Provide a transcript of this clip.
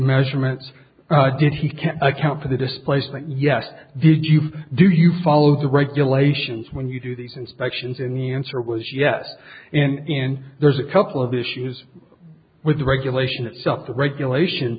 measurements did he can account for the displacement yes did you do you follow the regulations when you do these inspections and the answer was yes and in there's a couple of issues with the regulation itself the regulation